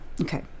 okay